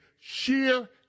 Sheer